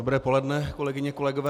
Dobré poledne, kolegyně, kolegové.